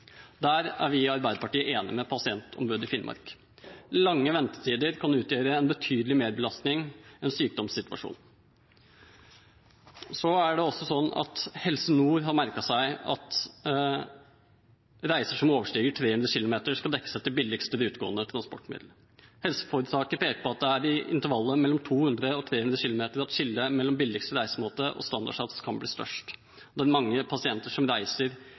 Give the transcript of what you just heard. Der er vi i Arbeiderpartiet enige med pasientombudet i Finnmark. Lange ventetider kan utgjøre en betydelig merbelastning i en sykdomssituasjon. Helse Nord har merket seg at reiser som overskrider 300 km, skal dekkes etter billigste rutegående transportmiddel. Helseforetaket peker på at det er i intervallet mellom 200 km og 300 km at skillet mellom billigste reisemåte og standardsats kan bli størst, mange pasienter som reiser